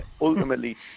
ultimately